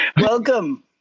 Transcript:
Welcome